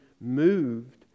moved